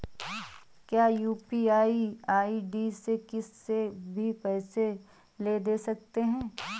क्या UPI ID से किसी से भी पैसे ले दे सकते हैं?